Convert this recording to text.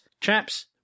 Chaps